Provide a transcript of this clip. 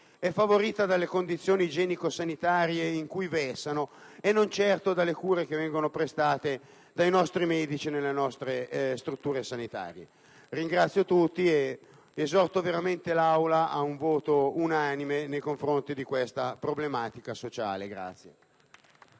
favorita dalle condizioni igienico-sanitarie in cui versano e non certo dalle cure prestate dai medici nelle nostre strutture sanitarie. Ringrazio tutti ed esorto veramente l'Aula ad un voto unanime nei confronti di questa problematica sociale.